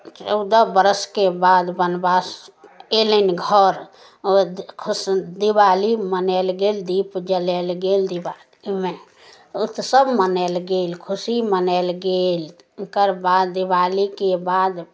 चौदह बरसके बाद वनवास अयलनि घर दीवाली मनायल गेल दीप जलायल गेल दीवालीमे उत्सव मनायल गेल खुशी मनायल गेल ओकर बाद दीवालीके बाद